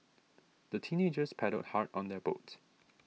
the teenagers paddled hard on their boat